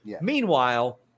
Meanwhile